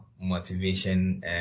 motivation